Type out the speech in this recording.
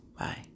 Bye